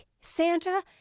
Santa